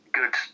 good